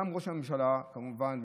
גם ראש הממשלה כמובן,